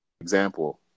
example